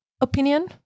opinion